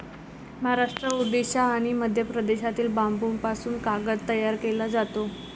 महाराष्ट्र, ओडिशा आणि मध्य प्रदेशातील बांबूपासून कागद तयार केला जातो